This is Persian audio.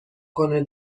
کنه